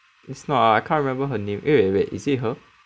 it's not I can't remember her name eh wait wait is it her